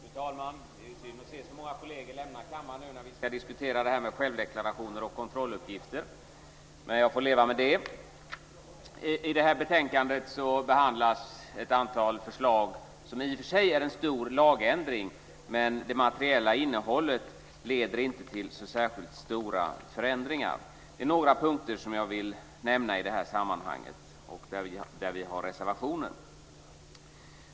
Fru talman! Det är synd att se så många kolleger lämna kammaren nu när vi ska diskutera självdeklarationer och kontrolluppgifter. Men jag får leva med det. I det här betänkandet behandlas ett antal förslag som i och för sig är en stor lagändring, men det materiella innehållet leder inte till så särskilt stora förändringar. Det är några punkter som jag vill nämna i det här sammanhanget, där vi har reservationer.